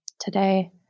today